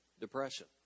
depression